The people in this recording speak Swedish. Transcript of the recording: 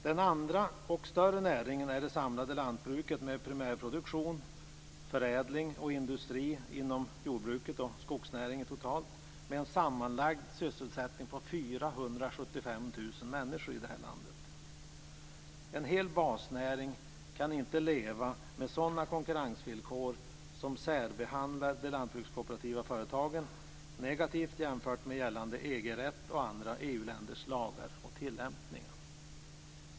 Den andra och större näringen är det samlade lantbruket med primärproduktion - förädling och industri inom jordbruket och skogsnäringen totalt - En hel basnäring kan inte leva med sådana konkurrensvillkor som särbehandlar de lantbrukskooperativa företagen negativt jämfört med gällande EG rätt och andra EU-länders lagar och tillämpningar.